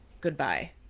goodbye